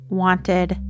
wanted